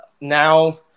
now